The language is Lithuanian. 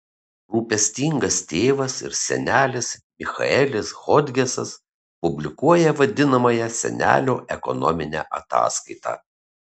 rūpestingas tėvas ir senelis michaelis hodgesas publikuoja vadinamąją senelio ekonominę ataskaitą